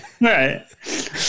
right